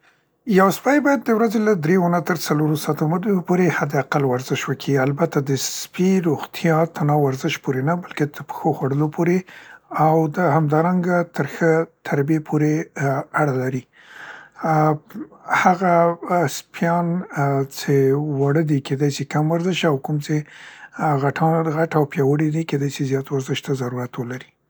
یو سپی باید د ورځې له درییو نه تر څلور ساعتو(خبره واضح نده) پورې حد اقل ورزش وکړي، البته د سس پي روغتیا تنا ورزش پورې نه بلکې ته په ښو خوړلو پورې او ده همدارنګه ا ا تر ښه تربیې پورې یې اړه ا لري. ام هغه و سپيان څې واړه دي، کیدای شي کم ورزش او کوم څې غټان، غټ او پیاوړي کیدای سي زیات ورزش ته ضرورت ولري.